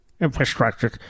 infrastructure